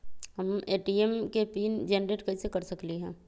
हम ए.टी.एम के pin generate कईसे कर सकली ह?